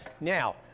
Now